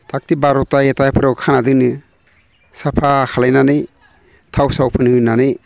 थाख थिख बार'था एथाफोराव खाना दोनो साफा खालामनानै थाव साव फोनहोनानै